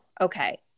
okay